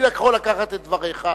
אני יכול לקחת את דבריך,